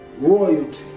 Royalty